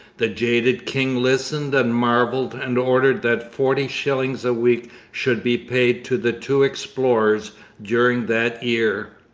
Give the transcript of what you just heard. the jaded king listened and marvelled, and ordered that forty shillings a week should be paid to the two explorers during that year.